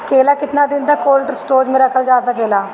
केला केतना दिन तक कोल्ड स्टोरेज में रखल जा सकेला?